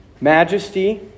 majesty